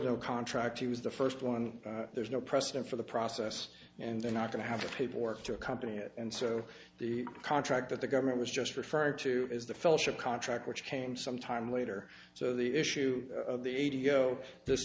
no contract he was the first one there's no precedent for the process and they're not going to have the paperwork to accompany it and so the contract that the government was just referring to is the fellowship contract which came some time later so the issue of the a t o this